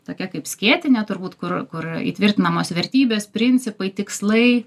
tokia kaip skėtinė turbūt kur kur įtvirtinamos vertybės principai tikslai